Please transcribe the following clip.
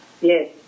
yes